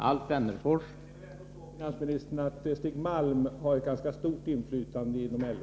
Herr talman! Stig Malm har väl ändå, finansministern, ett ganska stort inflytande inom LO.